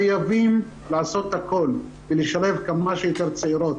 חייבים לעשות הכול כדי לשלב כמה שיותר צעירות